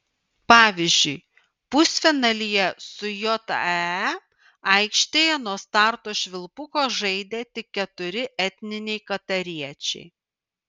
pavyzdžiui pusfinalyje su jae aikštėje nuo starto švilpuko žaidė tik keturi etniniai katariečiai